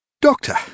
Doctor